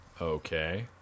Okay